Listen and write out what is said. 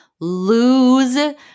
lose